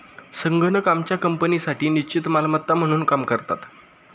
संगणक आमच्या कंपनीसाठी निश्चित मालमत्ता म्हणून काम करतात